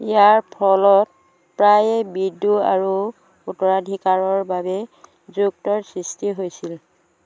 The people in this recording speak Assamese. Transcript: ইয়াৰ ফলত প্ৰায়ে বিদ্ৰোহ আৰু উত্তৰাধিকাৰৰ বাবে যুদ্ধৰ সৃষ্টি হৈছিল